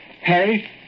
Harry